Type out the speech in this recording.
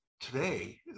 today